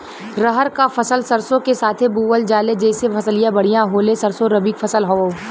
रहर क फसल सरसो के साथे बुवल जाले जैसे फसलिया बढ़िया होले सरसो रबीक फसल हवौ